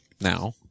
now